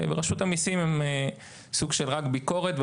ורשות המיסים הם סוג של רק ביקורת,